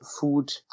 food